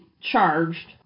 charged